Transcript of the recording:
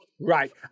Right